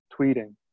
tweeting